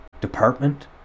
Department